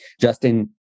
Justin